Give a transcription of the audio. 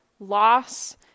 Loss